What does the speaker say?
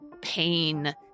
pain